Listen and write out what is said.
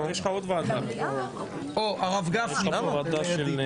או אפילו לפני,